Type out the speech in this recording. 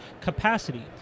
capacity